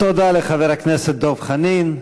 תודה לחבר הכנסת דב חנין.